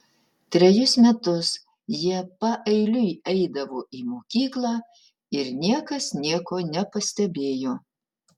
trejus metus jie paeiliui eidavo į mokyklą ir niekas nieko nepastebėjo